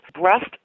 breast